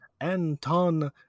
Anton